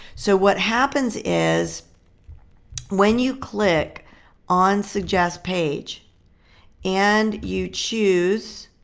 so what happens is when you click on suggest page and you choose